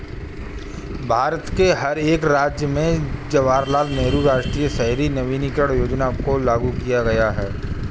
भारत के हर एक राज्य में जवाहरलाल नेहरू राष्ट्रीय शहरी नवीकरण योजना को लागू किया गया है